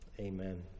Amen